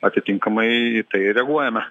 atitinkamai į tai reaguojame